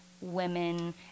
women